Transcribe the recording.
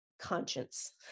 conscience